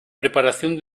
preparación